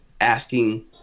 asking